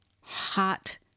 hot